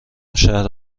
شهر